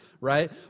right